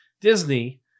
Disney